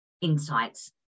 Insights